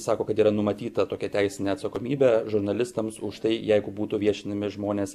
sako kad yra numatyta tokia teisinė atsakomybė žurnalistams už tai jeigu būtų viešinami žmonės